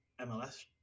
MLS